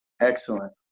Excellent